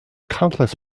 countless